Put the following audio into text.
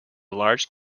large